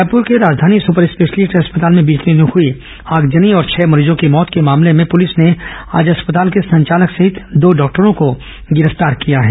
रायपुर के राजधानी super speciality अस्पताल में बीते दिनों हुए आगजनी और छह मरीजों के मौत के मामले में पुलिस ने आज अस्पताल के संचालक सहित दो डॉक्टरों को गिरफ्तार किया है